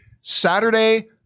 Saturday